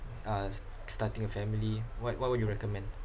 uh st~ starting a family what what would you recommend